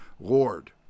Lord